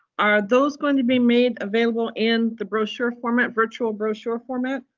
are those gonna be made available in the brochure format, virtual brochure format,